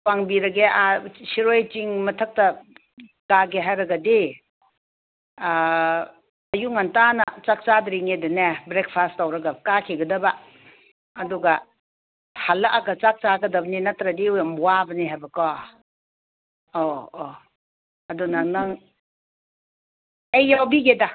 ꯄꯥꯡꯕꯤꯔꯒꯦ ꯁꯤꯔꯣꯏ ꯆꯤꯡ ꯃꯊꯛꯇ ꯀꯥꯒꯦ ꯍꯥꯏꯔꯒꯗꯤ ꯑꯌꯨꯛ ꯉꯟꯇꯥꯅ ꯆꯥꯛ ꯆꯥꯗ꯭ꯔꯤꯉꯩꯗꯅꯦ ꯕ꯭ꯔꯦꯛꯐꯥꯁ ꯇꯧꯔꯒ ꯀꯥꯈꯤꯒꯗꯕ ꯑꯗꯨꯒ ꯍꯜꯂꯛꯑꯒ ꯆꯥꯛ ꯆꯥꯒꯗꯝꯅꯤ ꯅꯠꯇ꯭ꯔꯗꯤ ꯌꯥꯝ ꯋꯥꯕꯅꯤ ꯍꯥꯏꯕꯀꯣ ꯑꯧ ꯑꯧ ꯑꯗꯨꯅ ꯅꯪ ꯑꯩ ꯌꯥꯎꯕꯤꯒꯦꯗ